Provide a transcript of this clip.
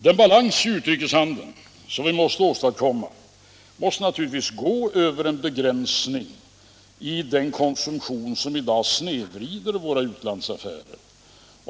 Den balans i utrikeshandeln som vi måste åstadkomma måste naturligtvis baseras på en begränsning av den konsumtion som i dag snedvrider våra utlandsaffärer.